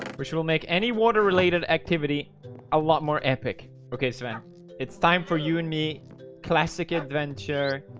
which will make any water related activity a lot more epic. okay so now it's time for you and me classic adventure